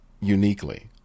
uniquely